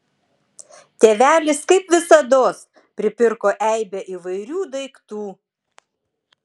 tėvelis kaip visados pripirko eibę įvairių daiktų